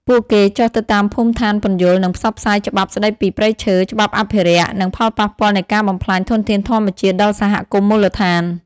ពួកគេចុះទៅតាមភូមិឋានពន្យល់ និងផ្សព្វផ្សាយច្បាប់ស្តីពីព្រៃឈើ ច្បាប់អភិរក្ស និងផលប៉ះពាល់នៃការបំផ្លាញធនធានធម្មជាតិ ដល់សហគមន៍មូលដ្ឋាន។